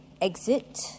exit